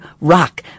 ROCK